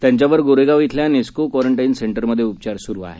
त्यांच्यावर गोरेगाव खेल्या नेस्को क्वारंटाईन सेंटरमध्ये उपचार सुरु आहेत